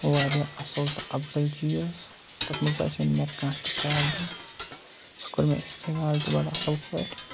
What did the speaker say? واریاہ اَصٕل تہٕ افضل چیٖز تَتھ منٛز باسے نہٕ مےٚ کانٛہہ تہِ پرٛابلِم سُہ کوٚر مےٚ استعمال تہِ بَڑٕ اَصٕل پٲٹھۍ